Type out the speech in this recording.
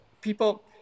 People